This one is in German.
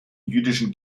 jüdischen